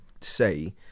say